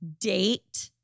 date